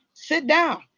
sit down.